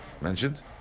mentioned